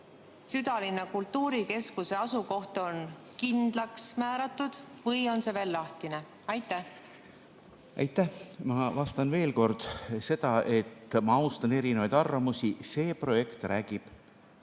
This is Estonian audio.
südalinna kultuurikeskuse asukoht on kindlaks määratud või on see veel lahtine? Aitäh! Ma vastan veel kord seda, et ma austan erinevaid arvamusi. See projekt räägib